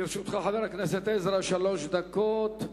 לרשותך, חבר הכנסת עזרא, שלוש דקות.